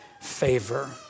favor